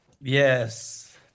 Yes